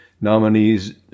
Nominees